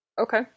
Okay